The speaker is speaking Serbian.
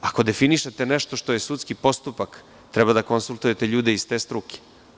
Ako definišete nešto što je sudski postupak treba da konsultujete ljude iz te struke.